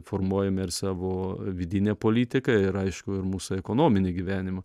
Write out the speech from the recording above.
formuojame ir savo vidinę politiką ir aišku ir mūsų ekonominį gyvenimą